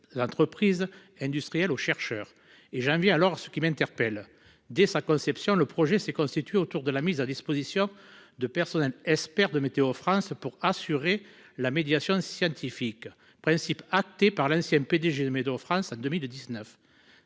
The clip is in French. L'entreprise industrielle aux chercheurs et j'en viens alors ce qui m'interpelle dès sa conception, le projet s'est constitué autour de la mise à disposition de personnel espère de météo France pour assurer la médiation scientifique principe AT par l'ancien PDG de météo France à 2019.